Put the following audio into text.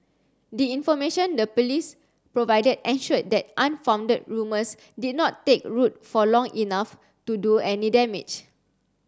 the information the police provided ensured that unfounded rumors did not take root for long enough to do any damage